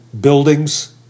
buildings